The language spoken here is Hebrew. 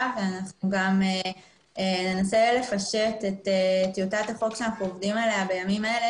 וננסה לפשט את טיוטת החוק עליה אנחנו עובדים בימים אלה